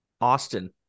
Austin